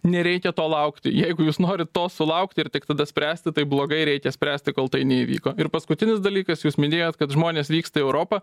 nereikia to laukti jeigu jūs norit to sulaukti ir tik tada spręsti tai blogai reikia spręsti kol tai neįvyko ir paskutinis dalykas jūs minėjot kad žmonės vyksta į europą